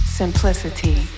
simplicity